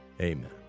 amen